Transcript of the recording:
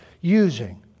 using